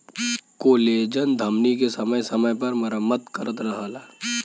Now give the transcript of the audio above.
collagen धमनी के समय समय पर मरम्मत करत रहला